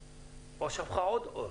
השלימה ושפכה עוד אור